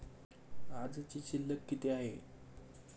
आजची शिल्लक किती आहे?